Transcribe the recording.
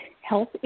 health